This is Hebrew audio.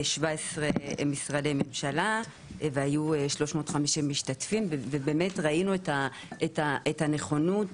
17 משרדי ממשלה והיו 350 משתתפים ובאמת ראינו את הנכונות